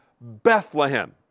Bethlehem